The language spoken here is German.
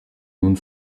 nun